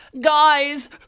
guys